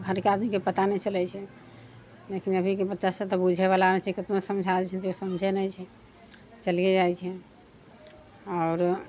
आओर घरके आदमीके पता नहि चलै छै लेकिन अभीके बच्चा सभ तऽ बुझैवला नहि छै कितनो समझाबै छियै तय्यौ समझै नहि छै चलियै जाइ छै आओर